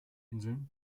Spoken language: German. inseln